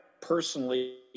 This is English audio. personally